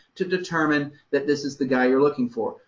to determine that this is the guy you're looking for.